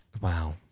Wow